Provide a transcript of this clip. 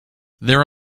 there